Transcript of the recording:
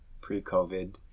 pre-COVID